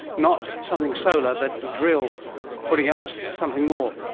not something solar but the drill putting up something more.